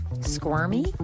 Squirmy